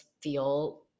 feel